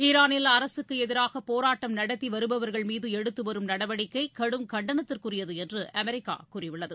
ஈரானில் அரசுக்கு எதிராக போராட்டம் நடத்தி வருபவர்கள் மீது எடுத்துவரும் நடவடிக்கை கடும் கண்டனத்திற்குரியது என்று அமெரிக்கா கூறியுள்ளது